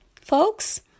Folks